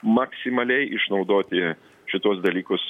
maksimaliai išnaudoti šituos dalykus